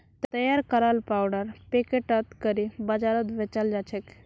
तैयार कराल पाउडर पैकेटत करे बाजारत बेचाल जाछेक